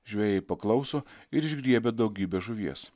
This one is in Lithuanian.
žvejai paklauso ir išgriebia daugybę žuvies